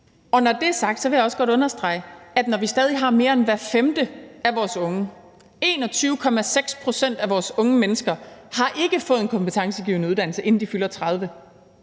Når det er sagt, vil jeg også godt understrege, når det stadig er mere end hver femte af vores unge, 21,6 pct. af vores unge mennesker, der ikke har fået en kompetencegivende uddannelse, inden de fylder 30,